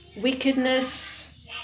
wickedness